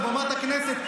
מעל במת הכנסת.